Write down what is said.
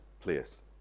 place